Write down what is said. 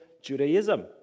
Judaism